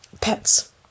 pets